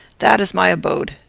that is my abode,